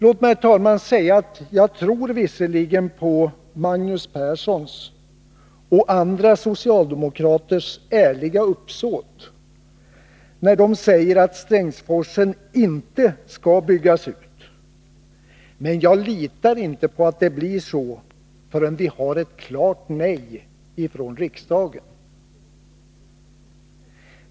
Låt mig, herr talman, säga att jag visserligen tror på Magnus Perssons och andra socialdemokraters ärliga uppsåt när de säger att Strängsforsen inte skall byggas ut, men jag litar inte på att det blir så förrän vi har ett klart nej från riksdagen.